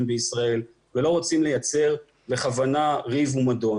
בישראל ולא רוצים לייצר בכוונה ריב ומדון.